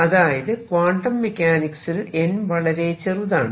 അതായത് ക്വാണ്ടം മെക്കാനിക്സിൽ n വളരെ ചെറുതാണ്